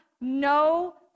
no